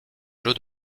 jeu